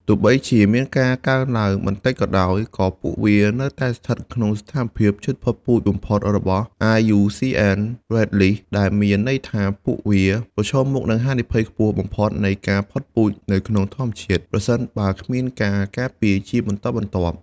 ទោះបីជាមានការកើនឡើងបន្តិចក៏ដោយ ក៏ពួកវានៅតែស្ថិតក្នុងស្ថានភាពជិតផុតពូជបំផុត របស់ IUCN Red List ដែលមានន័យថាពួកវាប្រឈមមុខនឹងហានិភ័យខ្ពស់បំផុតនៃការផុតពូជនៅក្នុងធម្មជាតិ ប្រសិនបើគ្មានការការពារជាបន្តបន្ទាប់។